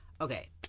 Okay